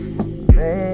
Baby